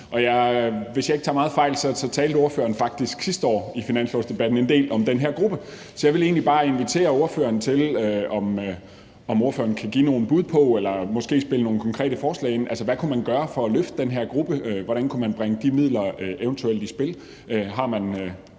Hvis ikke jeg tager meget fejl, talte ordføreren faktisk sidste år i finanslovsdebatten en del om den her gruppe, så jeg vil egentlig bare invitere ordføreren til at give nogle bud på eller måske spille ind med nogle konkrete forslag til, hvad man kunne gøre for at løfte den her gruppe, hvordan man eventuelt kunne bringe de midler i spil